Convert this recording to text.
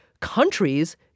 countries